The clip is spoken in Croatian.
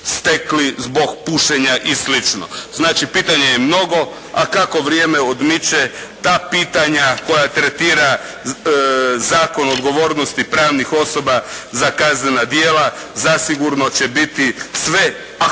zbog pušenja i slično. Znači, pitanja je mnogo a kako vrijeme odmiče ta pitanja koja tretira Zakon o odgovornosti pravnih osoba za kaznena djela zasigurno će biti sve aktuelnija